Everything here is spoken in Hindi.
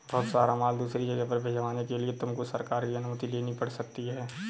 बहुत सारा माल दूसरी जगह पर भिजवाने के लिए तुमको सरकार की अनुमति लेनी पड़ सकती है